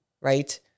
right